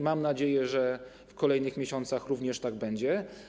Mam nadzieję, że w kolejnych miesiącach również tak będzie.